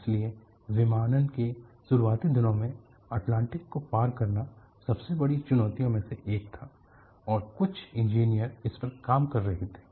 इसलिए विमानन के शुरुआती दिनों में अटलांटिक को पार करना सबसे बड़ी चुनौतियों में से एक था और कुछ इंजीनियर इस पर काम कर रहे थे